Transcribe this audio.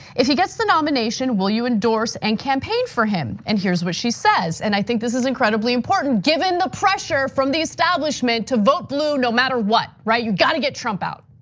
if he gets the nomination, will you endorse and campaign for him? and here's what she says, and i think this is incredibly important given the pressure from the establishment to vote blue no matter what, right? you got to get trump out.